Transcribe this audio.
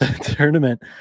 tournament